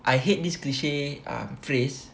I hate this ah cliche phrase